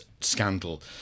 scandal